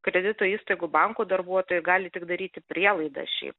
kredito įstaigų bankų darbuotojai gali tik daryti prielaidą šiaip